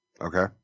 Okay